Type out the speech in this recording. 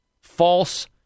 false